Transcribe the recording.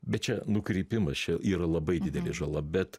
bet čia nukrypimas čia yra labai didelė žala bet